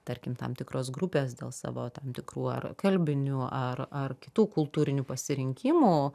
tarkim tam tikros grupės dėl savo tam tikrų ar kalbinių ar ar kitų kultūrinių pasirinkimų